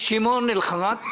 שמעון אלחרט,